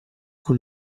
con